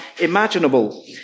imaginable